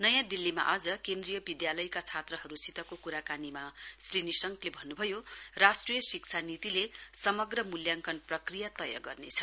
नयाँ दिल्लीमा आज केन्द्रीय विद्यालयका छात्राहरूसितको क्राकानीमा श्री निशंकले भन्न्भयो राष्ट्रिय शिक्षा नीतिले समग्र मूल्याङ्कन प्रक्रिया तय गर्नेछ